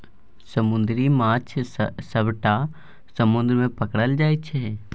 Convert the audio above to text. समुद्री माछ सबटा समुद्र मे पकरल जाइ छै